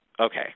Okay